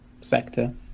sector